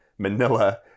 manila